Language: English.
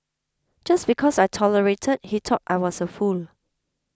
just because I tolerated he thought I was a fool